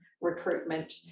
recruitment